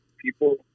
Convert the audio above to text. People